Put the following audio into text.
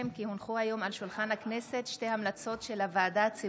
כי הצעת החוק התקבלה בקריאה הראשונה ותעבור להמשך דיון בוועדת הכלכלה של